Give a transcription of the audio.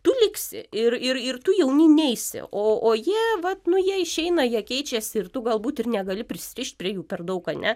tu liksi ir ir ir tu jaunyn neisi o o jie vat nu jie išeina jie keičiasi ir tu galbūt ir negali prisirišt prie jų per daug ane